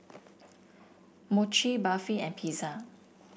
Mochi Barfi and Pizza